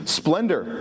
splendor